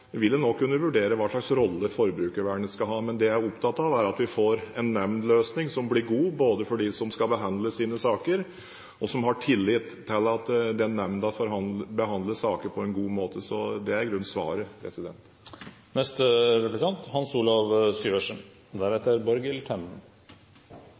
vil en også kunne vurdere hvilken rolle forbrukervernet skal ha. Men det jeg er opptatt av, er at vi får en nemndløsning som blir god for dem som skal få behandlet sine saker, og at en har tillit til at den nemnda behandler saker på en god måte – så det er i grunnen svaret.